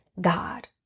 God